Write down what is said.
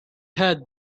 heard